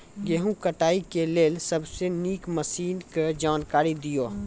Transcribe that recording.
गेहूँ कटाई के लेल सबसे नीक मसीनऽक जानकारी दियो?